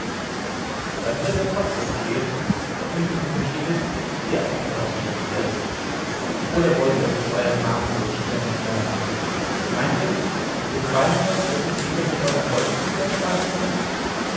dann wird er trotzdem geschehen doch mit dem unterschiede daß ihr auch mit ausgelöscht werdet oder wollt ihr euch auf euern neuen namen old shatterhand verlassen meint ihr daß ihr zweihundert rote krieger mit euern fäusten niederschlagen könnt